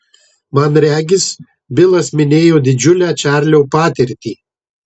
man regis bilas minėjo didžiulę čarlio patirtį